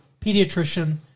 pediatrician